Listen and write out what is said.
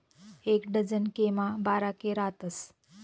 एक डझन के मा बारा के रातस